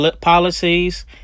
policies